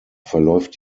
verläuft